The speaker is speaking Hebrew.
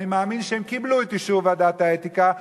ואני מאמין שהם קיבלו את אישור ועדת האתיקה,